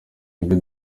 ibyo